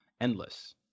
endless